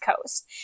Coast